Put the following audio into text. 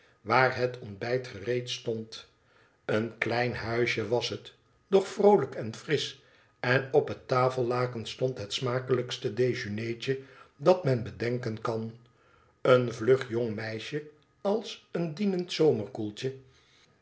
waar het ontbijt gereed stond en klein huisje was het doch vroolijk en frisch en op het tafellaken stond het smakelijkste dejeuneetje dat men bedenken kan een vlug jong meisje als een dienend zomerkoeltje